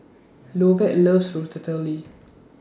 Lovett loves Ratatouille